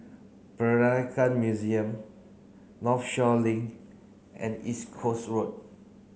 Peranakan Museum Northshore Link and Coast Road